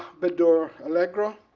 bedour alagraa,